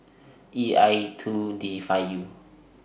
E I two D five U